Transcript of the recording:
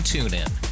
TuneIn